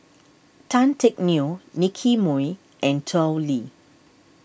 Tan Teck Neo Nicky Moey and Tao Li